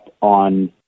on